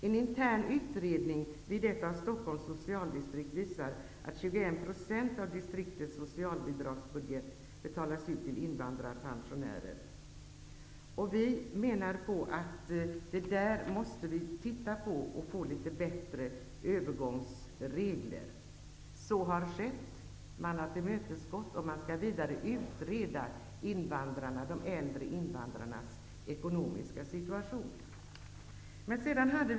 En intern utredning vid ett av Vi menade att detta måste undersökas, så att det kan bli bättre övergångsregler. Man har tillmötesgått detta, och de äldre invandrarnas ekonomiska situation skall utredas vidare.